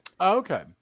Okay